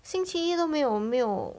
星期一都没有没有